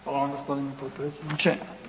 Hvala vam gospodine potpredsjedniče.